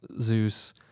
Zeus